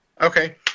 Okay